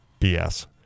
BS